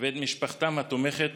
ואת משפחותיהם התומכות